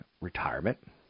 retirement